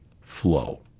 flow